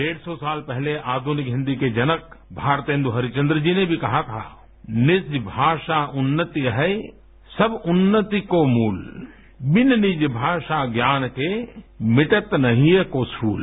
डेढ़ सौ साल पहले आध्निक हिंदी के जनक भारतेंदु हरीशचंद्र जी ने भी कहा था निज भाषा उन्नति अहै सब उन्नति को मूल बिन निज भाषा ज्ञान के मिटत न हिय को सूल